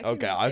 Okay